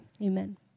amen